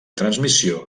transmissió